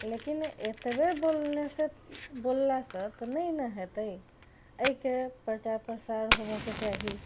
लेकिन एतबे बोलनेसँ बोललासँ तऽ नहि ने हेतै एहिके प्रचार प्रसार होबऽ के चाही